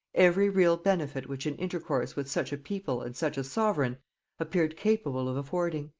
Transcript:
every real benefit which an intercourse with such a people and such a sovereign appeared capable of affording.